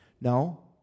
No